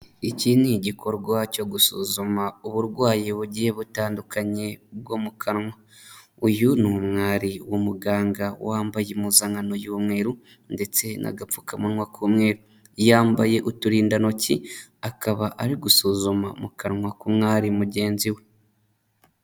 Iki ni igikorwa cyo gusuzuma uburwayi bugiye butandukanye bwo mu kanwa. Uyu ni umwari w'umuganga wambaye impuzankano y'umweru ndetse n'agapfukamunwa k'umweru. Yambaye uturindantoki, akaba ari gusuzuma mu kanwa k'umwari mugenzi we.